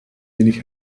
wenig